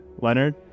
Leonard